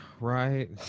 right